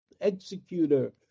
executor